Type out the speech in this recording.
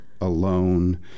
alone